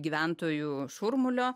gyventojų šurmulio